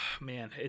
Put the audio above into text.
man